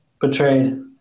Betrayed